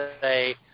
say